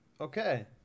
okay